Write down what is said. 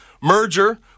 merger